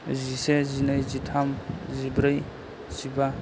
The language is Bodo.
जिसे जिनै जिथाम जिब्रै जिबा